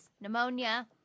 Pneumonia